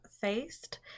faced